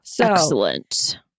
Excellent